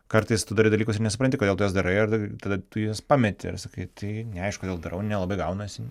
kartais tu darai dalykus ir nesupranti kodėl tu juos darai ar tada tu juos pameti ir sakai tai neaišku kodėl darau nelabai gaunasi